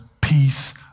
peace